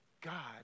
God